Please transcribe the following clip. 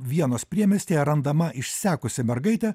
vienos priemiestyje randama išsekusi mergaitė